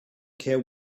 care